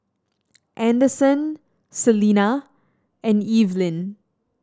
Anderson Celena and Evelin